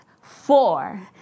Four